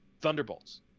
Thunderbolts